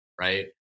Right